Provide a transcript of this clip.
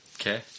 Okay